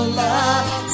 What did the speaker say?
love